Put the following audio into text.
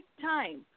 time